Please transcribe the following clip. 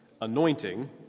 anointing